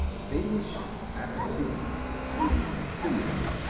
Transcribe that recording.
danish appetitost is similar,